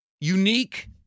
unique